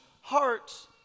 hearts